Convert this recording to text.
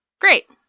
Great